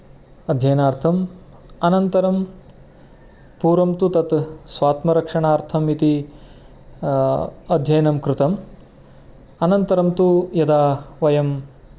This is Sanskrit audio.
अध्ययनार्थम् अनन्तरं पूर्वं तु तत् स्वात्मरक्षणार्थम् इति अध्ययनं कृतम् अनन्तरं तु यदा वयं